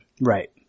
Right